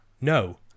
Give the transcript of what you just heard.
No